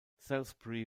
salisbury